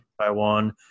Taiwan